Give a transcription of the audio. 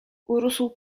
urósł